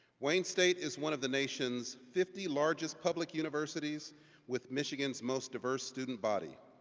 wayne state is one of the nation's fifty largest public universities with michigan's most diverse student body.